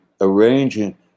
arranging